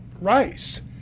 rice